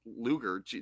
luger